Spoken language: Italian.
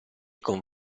con